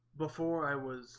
before i was